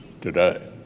today